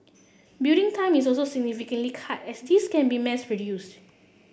building time is also significantly cut as these can be mass produced